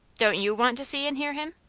don't you want to see and hear him?